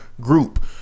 group